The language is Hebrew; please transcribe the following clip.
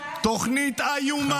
שראש הממשלה שלך הצביע בעדו.